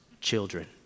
Children